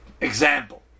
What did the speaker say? example